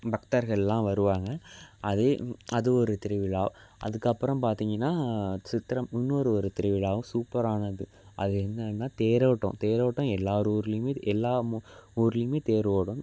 பக்தர்களெலாம் வருவாங்க அதே அது ஒரு திருவிழா அதுக்கப்புறம் பார்த்தீங்கன்னா சித்திரை இன்னும் ஒரு ஒரு திருவிழாவும் சூப்பரானது அது என்னென்னா தேரோட்டம் தேரோட்டம் எல்லாேர் ஊர்லேயுமே எல்லா ம ஊர்லேயுமே தேர் ஓடும்